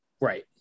right